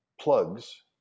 plugs